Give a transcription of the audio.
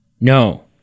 No